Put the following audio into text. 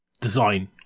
design